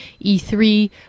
E3